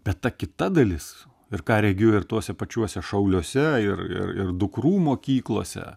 bet ta kita dalis ir ką regiu ir tuose pačiuose šauliuose ir ir ir dukrų mokyklose